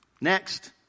Next